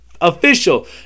official